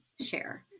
share